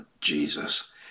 Jesus